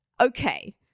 okay